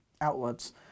outlets